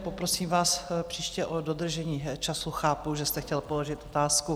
Poprosím vás příště o dodržení času, chápu, že jste chtěl položit otázku.